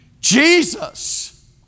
Jesus